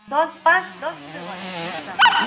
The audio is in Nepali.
दस पाँच दस रुपियाँ घटाइदिनुहोस् न